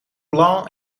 blanc